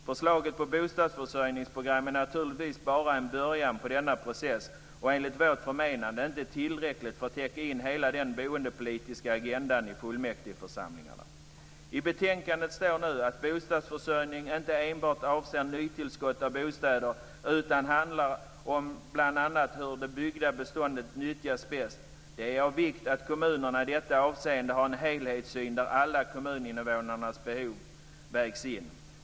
Förslaget om bostadsförsörjningsprogram är naturligtvis bara en början på denna process, och enligt vårt förmenande inte tillräckligt för att täcka in hela den boendepolitiska agendan i fullmäktigeförsamlingarna. I betänkandet står nu att bostadsförsörjning inte enbart avser nytillskott av bostäder, utan också bl.a. handlar om hur det byggda beståndet nyttjas bäst. Det är av vikt att kommunerna i detta avseende har en helhetssyn där alla kommuninvånarnas behov vägs in.